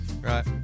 right